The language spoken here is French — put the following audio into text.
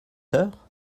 heures